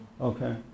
Okay